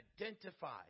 identify